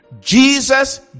Jesus